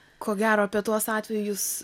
ko gero apie tuos atvejus